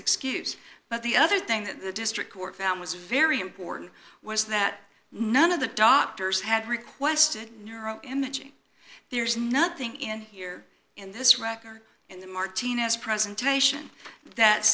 excuse but the other thing that the district court found was very important was that none of the doctors had requested neuro imaging there's nothing in here in this record in the martinez presentation that